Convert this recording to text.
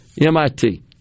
MIT